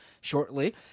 shortly